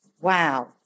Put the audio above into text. Wow